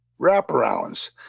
wraparounds